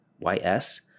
Y-S